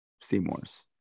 Seymour's